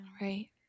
Right